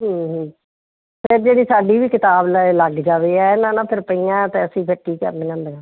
ਜਿਹੜੀ ਸਾਡੀ ਵੀ ਕਿਤਾਬ ਦਾ ਲੈ ਲੱਗ ਜਾਵੇ ਇਹ ਨਾ ਫਿਰ ਪਈਆਂ ਤਾਂ ਅਸੀਂ ਫਿਰ ਕੀ ਕਰਨੀਆਂ ਹੁੰਦੀਆਂ